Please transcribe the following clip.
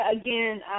again